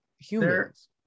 humans